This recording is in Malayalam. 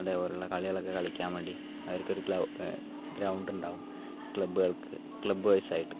അതേപോലുള്ള കളികളൊക്കെ കളിക്കാൻ വേണ്ടി അവർക്കൊരു ക്ല ഗ്രൗണ്ടുണ്ടാവും ക്ലബ്ബുകൾക്ക് ക്ലബ്ബ് വൈസായിട്ട്